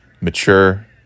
mature